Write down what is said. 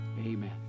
amen